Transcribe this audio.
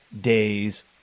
days